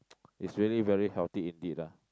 it's really very healthy indeed ah